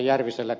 järviselle